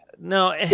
no